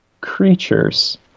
creatures